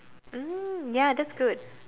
mm ya that's good